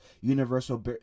Universal